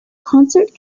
concert